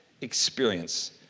experience